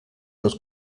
nos